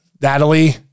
Natalie